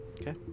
Okay